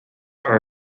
are